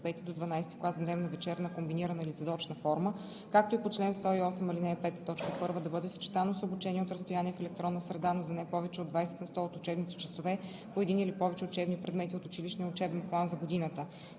от V до XII клас в дневна, вечерна, комбинирана или задочна форма, както и по чл. 108, ал. 5, т. 1 да бъде съчетано с обучение от разстояние в електронна среда, но за не повече от 20 на сто от учебните часове по един или повече учебни предмети от училищния учебен план за годината.“